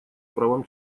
правам